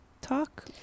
talk